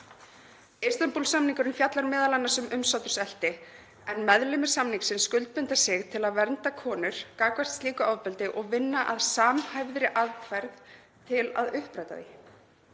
Istanbúl-samningurinn fjallar m.a. um umsáturseinelti en meðlimir samningsins skuldbinda sig til að vernda konur gagnvart slíku ofbeldi og vinna að samhæfðri aðferð til að uppræta það.